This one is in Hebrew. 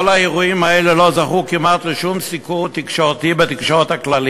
כל האירועים האלה לא זכו כמעט לשום סיקור בתקשורת הכללית,